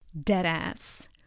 Deadass